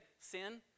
Sin